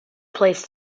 place